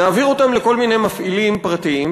נעביר אותם לכל מיני מפעילים פרטיים,